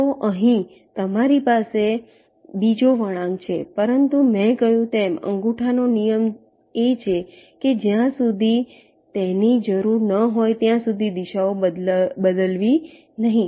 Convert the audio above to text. તો અહીં તમારી પાસે બીજો વળાંક છે પરંતુ મેં કહ્યું તેમ અંગૂઠાનો નિયમ એ છે કે જ્યાં સુધી તેની જરૂર ન હોય ત્યાં સુધી દિશાઓ બદલવી નહીં